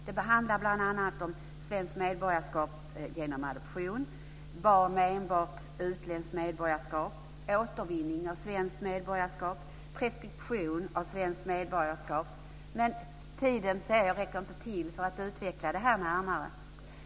Det handlar bl.a. om svenskt medborgarskap genom adoption, barn med enbart utländskt medborgarskap, återvinnande av svenskt medborgarskap, preskription av svenskt medborgarskap. Men jag ser att tiden inte räcker till för att utveckla detta närmare.